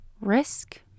risk